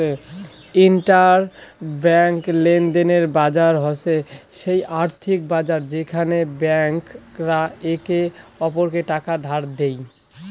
inter bank লেনদেনের বাজার হসে সেই আর্থিক বাজার যেখানে ব্যাংক রা একে অপরকে টাকা ধার দেই